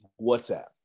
WhatsApp